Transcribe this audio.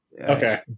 Okay